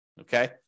Okay